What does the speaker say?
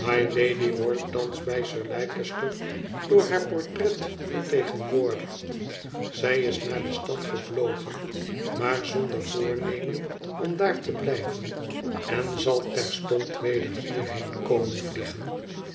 mylady wordt thans bij sir leicester dooi haar portret vertegenwoordigd zij is naar de stad gevlogen maar zonder voornemen om daar te blijven en zal terstond weder hierheen komen vliegen